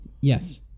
Yes